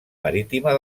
marítima